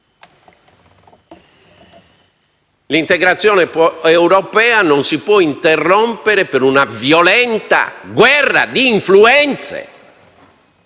l'integrazione europea non si può interrompere per una violenta guerra di influenze